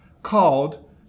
called